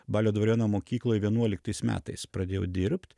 balio dvariono mokykloj vienuoliktais metais pradėjau dirbt